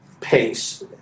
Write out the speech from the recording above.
pace